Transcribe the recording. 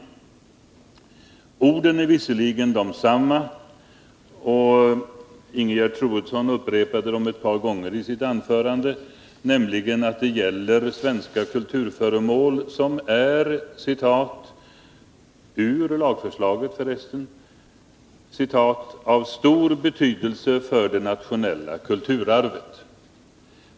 Orden är visserligen desamma, och Ingegerd Troedsson upprepade dem ett par gånger i sitt anförande, nämligen att det gäller svenska kulturföremål som är, för att använda lagförslagets ord, ”av stor betydelse för det nationella kulturarvet”.